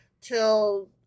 till